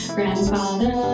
Grandfather